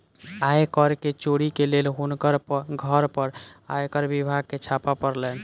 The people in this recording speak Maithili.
आय कर के चोरी के लेल हुनकर घर पर आयकर विभाग के छापा पड़लैन